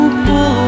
pull